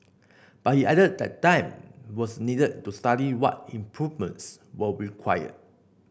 but he added that time was needed to study what improvements were required